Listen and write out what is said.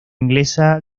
inglesa